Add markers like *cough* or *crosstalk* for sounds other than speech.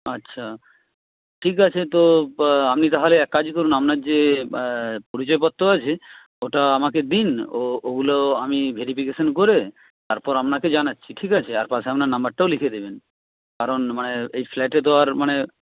আচ্ছা ঠিক আছে তো *unintelligible* আপনি তাহলে এক কাজ করুন আপনার যে *unintelligible* পরিচয় পত্র আছে ওটা আমাকে দিন ওগুলো আমি ভেরিফিকেশন করে তারপর আপনাকে জানাচ্ছি ঠিক আছে আর পাশে আপনার নাম্বারটাও লিখে দেবেন কারণ মানে এই ফ্ল্যাটে তো আর মানে